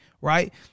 right